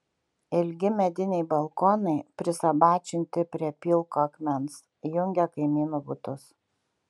ilgi mediniai balkonai prisabačinti prie pilko akmens jungia kaimynų butus